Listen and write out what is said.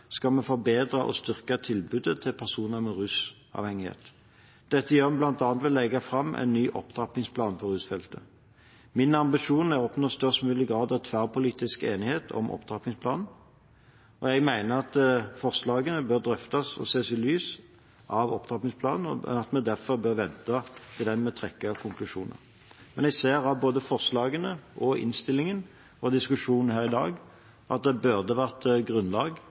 skal vi forbedre og styrke tilbudet til personer med rusavhengighet. Dette gjør vi bl.a. ved å legge fram en ny opptrappingsplan på rusfeltet. Min ambisjon er å oppnå størst mulig grad av tverrpolitisk enighet om opptrappingsplanen. Jeg mener at forslagene bør drøftes og ses i lys av opptrappingsplanen, og at vi derfor bør vente til den med å trekke konklusjoner. Jeg ser av både forslagene og innstillingen og diskusjonen her i dag at det burde vært grunnlag